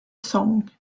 song